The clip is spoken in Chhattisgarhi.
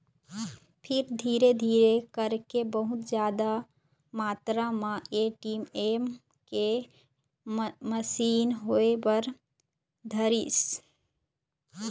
फेर धीरे धीरे करके बहुत जादा मातरा म ए.टी.एम के मसीन होय बर धरलिस